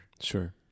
Sure